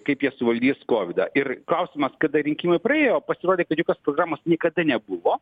kaip jie suvaldys kovidą ir klausimas kada rinkimai praėjo pasirodė kad jokios programos niekada nebuvo